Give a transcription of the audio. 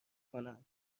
کنند